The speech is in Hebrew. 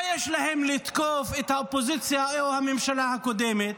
מה יש להם לתקוף את האופוזיציה או הממשלה הקודמת?